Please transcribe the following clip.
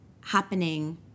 happening